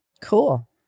Cool